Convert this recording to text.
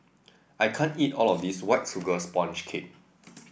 I can't eat all of this White Sugar Sponge Cake